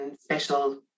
special